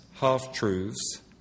half-truths